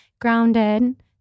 grounded